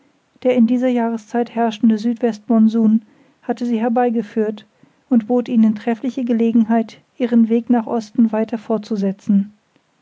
der in dieser jahreszeit herrschende südwestmonsum hatte sie herbeigeführt und bot ihnen treffliche gelegenheit ihren weg nach osten weiter fortzusetzen